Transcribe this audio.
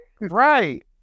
Right